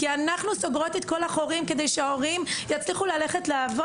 כי אנחנו סוגרות את כל החורים כדי שההורים יצליחו ללכת לעבוד.